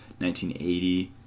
1980